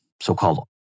so-called